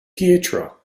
pietro